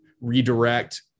Redirect